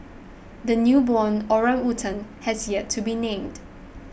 the newborn orangutan has yet to be named